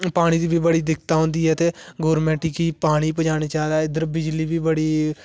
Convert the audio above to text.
पानी दी बी बडी दिक्कत होंदी ऐ ते गवर्नमेंट कि पानी भजाना चाहिदा उद्धर बिजली बी बड़ी